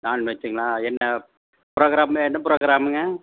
நான்வெஜ்ஜுங்களா என்ன ப்ரோக்ராமு என்ன ப்ரோக்ராமுங்க